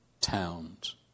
towns